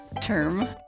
term